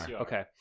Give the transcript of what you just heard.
Okay